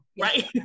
right